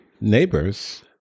neighbors